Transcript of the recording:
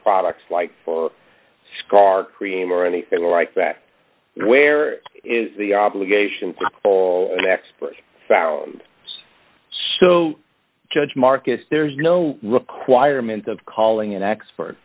products like for scar cream or anything like that where is the obligation of the expert found so judge marcus there's no requirement of calling an expert